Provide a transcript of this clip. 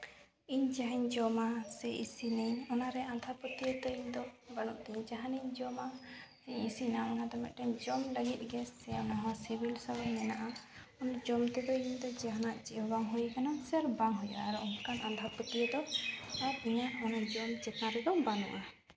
ᱤᱧ ᱡᱟᱦᱟᱧ ᱡᱚᱢᱟ ᱥᱮ ᱤᱥᱤᱱᱟᱹᱧ ᱚᱱᱟᱨᱮ ᱟᱸᱫᱷᱟ ᱯᱟᱹᱛᱭᱟᱹᱣ ᱫᱚ ᱤᱧᱫᱚ ᱵᱟᱹᱱᱩᱜ ᱛᱤᱧᱟ ᱡᱟᱦᱟᱱᱟᱜ ᱤᱧ ᱡᱚᱢᱟ ᱤᱥᱤᱱᱟ ᱚᱱᱟᱫᱚ ᱢᱤᱫᱴᱮᱱ ᱡᱚᱢ ᱞᱟᱹᱜᱤᱫ ᱥᱮ ᱚᱱᱟᱦᱚᱸ ᱥᱤᱵᱤᱞ ᱥᱚᱲᱚᱢ ᱢᱮᱱᱟᱜᱼᱟ ᱚᱱᱟ ᱡᱚᱢ ᱛᱮᱫᱚ ᱡᱟᱦᱟᱱᱟᱜ ᱪᱮᱫ ᱦᱚᱸ ᱵᱟᱝ ᱦᱩᱭ ᱟᱠᱟᱱᱟ ᱥᱮ ᱟᱨ ᱵᱟᱝ ᱦᱩᱭᱩᱜᱼᱟ ᱟᱨ ᱚᱱᱠᱟᱱ ᱟᱸᱫᱷᱟ ᱯᱟᱹᱛᱭᱟᱹᱣ ᱫᱚ ᱟᱨ ᱤᱧᱟᱹᱜ ᱚᱱᱮ ᱡᱚᱢ ᱪᱮᱛᱟᱱ ᱨᱮᱫᱚ ᱵᱟᱹᱱᱩᱜᱼᱟ